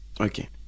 Okay